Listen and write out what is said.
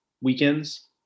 weekends